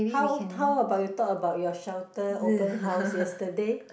how how about you thought about your shelter open house yesterday